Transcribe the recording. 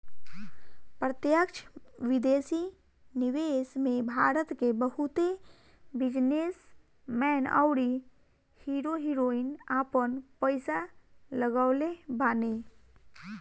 प्रत्यक्ष विदेशी निवेश में भारत के बहुते बिजनेस मैन अउरी हीरो हीरोइन आपन पईसा लगवले बाने